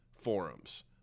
forums